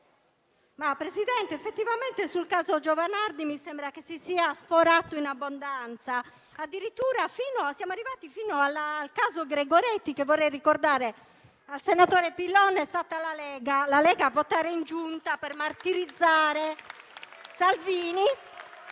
Presidente, effettivamente sul caso Giovanardi mi sembra che si sia sforato ampiamente; addirittura siamo arrivati fino al caso Gregoretti che - vorrei ricordare al senatore Pillon - è stata la Lega a portare in Giunta per martirizzare Salvini